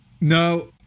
no